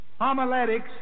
homiletics